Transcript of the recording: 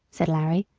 said larry,